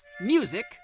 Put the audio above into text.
music